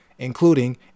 including